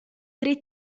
tre